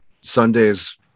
sundays